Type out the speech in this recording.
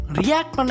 react